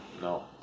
No